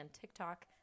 TikTok